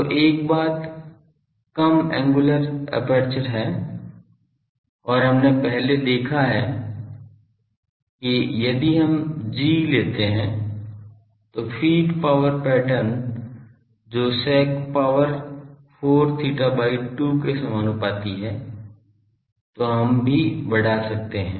तो एक बात कम एंगुलर एपर्चर है और पहले हमने देखा है कि यदि हम g लेते हैं तो फीड पावर पैटर्न जो sec power 4 theta by 2 के समानुपाती है तो हम भी बढ़ा कर सकते हैं